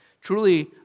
Truly